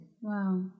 Wow